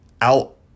out